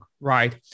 right